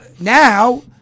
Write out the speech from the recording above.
now